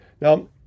Now